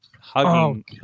hugging